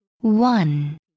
One